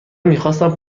میخواستم